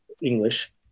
English